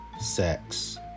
sex